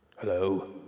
Hello